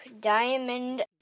diamond